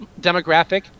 demographic